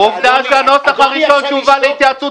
עובדה שהנוסח הראשון שהובא להתייעצות